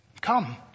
Come